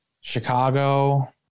Chicago